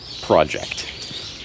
project